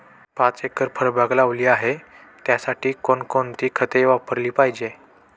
पाच एकर फळबाग लावली आहे, त्यासाठी कोणकोणती खते वापरली पाहिजे?